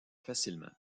facilement